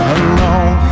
alone